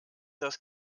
das